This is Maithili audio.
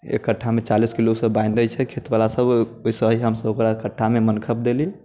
एक कठ्ठामे चालीस किलो से बाँधि दै छै खेत बला सभ वैसे ही हम सभ ओकरा कठ्ठामे मनखब देलि